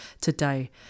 today